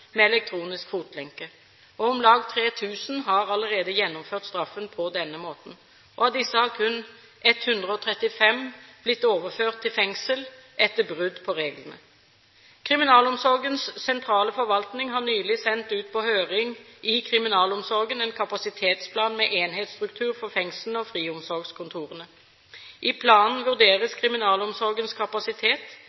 med elektronisk fotlenke. Om lag 3 000 har allerede gjennomført straffen på denne måten. Av disse har kun 135 blitt overført til fengsel etter brudd på reglene. Kriminalomsorgens sentrale forvaltning har nylig sendt på høring i kriminalomsorgen en kapasitetsplan med enhetsstruktur for fengslene og friomsorgskontorene. I planen